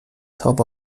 تاب